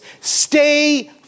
Stay